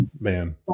man